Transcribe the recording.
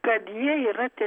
kad jie yra tie